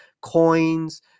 coins